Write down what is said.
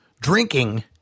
drinking